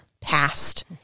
past